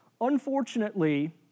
Unfortunately